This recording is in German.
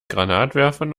granatwerfern